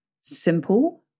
Simple